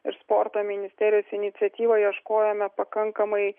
ir sporto ministerijos iniciatyva ieškojome pakankamai